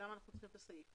ולמה אנחנו צריכים את הסעיף.